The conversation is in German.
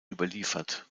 überliefert